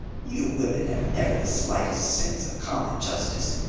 you women have never the slightest sense of common justice.